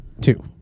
two